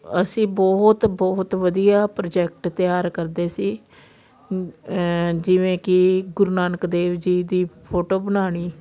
ਅਸੀਂ ਬਹੁਤ ਬਹੁਤ ਵਧੀਆ ਪ੍ਰੋਜੈਕਟ ਤਿਆਰ ਕਰਦੇ ਸੀ ਜਿਵੇਂ ਕਿ ਗੁਰੂ ਨਾਨਕ ਦੇਵ ਜੀ ਦੀ ਫੋਟੋ ਬਣਾਉਣੀ